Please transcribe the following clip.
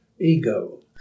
ego